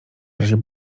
razie